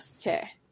Okay